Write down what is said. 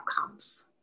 outcomes